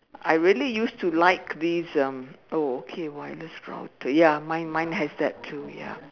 I really used to like these um oh okay wireless router mine mine has that too ya